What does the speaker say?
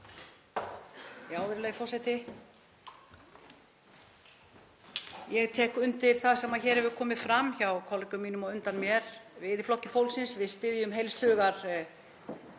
Virðulegi forseti. Ég tek undir það sem hér hefur komið fram hjá kollegum mínum á undan mér. Við í Flokki fólksins styðjum heils hugar